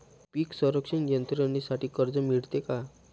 पीक संरक्षण यंत्रणेसाठी कर्ज मिळते का?